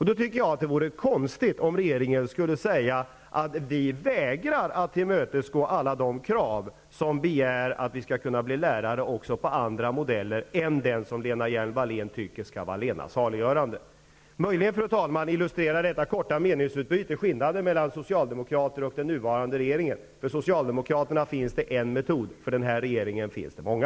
Då tycker jag att det vore konstigt om regeringen skulle säga att den vägrar att tillmötesgå alla de krav som går ut på att man skall kunna bli lärare också enligt andra modeller än den som Lena Hjelm-Wallén tycker skall vara allena saliggörande. Möjligen, fru talman, illustrerar detta korta meningsutbyte skillnaden mellan Socialdemokraterna och den nuvarande regeringen. För Socialdemokraterna finns det bara en metod, för den här regeringen finns det många.